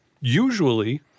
usually